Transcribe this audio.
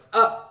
up